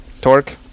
Torque